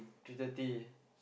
three thirty